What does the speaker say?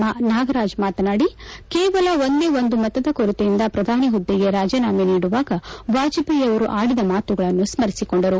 ಮಾನಾಗರಾಜ್ ಮಾತನಾಡಿ ಕೇವಲ ಒಂದೇ ಒಂದು ಮತದ ಕೊರತೆಯಿಂದ ಪ್ರಧಾನಿ ಹುದ್ದೆಗೆ ರಾಜೀನಾಮೆ ನೀಡುವಾಗ ವಾಜಪೇಯಿ ಅವರು ಆಡಿದ ಮಾತುಗಳನ್ನು ಸ್ಮರಿಸಿಕೊಂಡರು